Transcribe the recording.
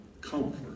comfort